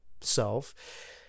self